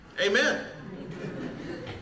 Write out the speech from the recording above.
amen